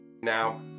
Now